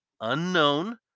unknown